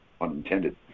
unintended